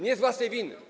Nie z własnej winy.